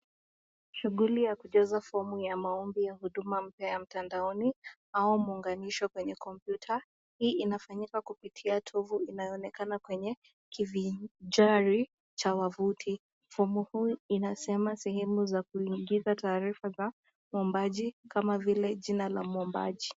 Shughuli ya kujaza fomu ya maombi ya huduma mpya ya mtandaoni au maunganisho mpya kwenye kompyuta. Hii inafanyika kupitia tovu inayoonekana kwenye kivinjari cha wavuti. Fomu hii inasema sehemu za kuingiza taarifa za uombaji kama vile jina la muombaji.